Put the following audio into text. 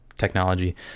technology